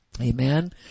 Amen